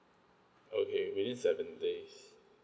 okay only seven days